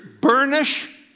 burnish